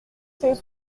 ses